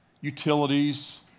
utilities